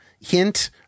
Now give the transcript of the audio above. hint